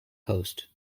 host